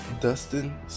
Dustin